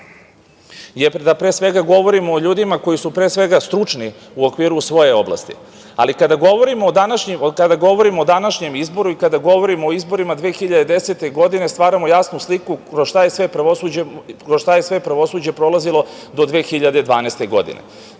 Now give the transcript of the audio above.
odnosno da govorimo o ljudima koji su stručni u okviru svoje oblasti. Kada govorimo o današnjem izboru i kada govorimo o izborima 2010. godine stvaramo jasnu sliku kroz šta je sve pravosuđe prolazilo do 2012. godine.